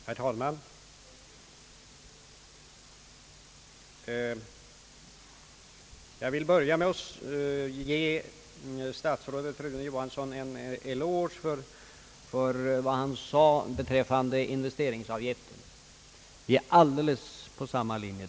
Herr talman! Jag vill börja med att ge herr statsrådet Rune Johansson en eloge för vad han här anförde beträffande investeringsavgiften. Vi befinner oss där alldeles på samma linje.